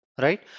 Right